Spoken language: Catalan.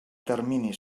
termini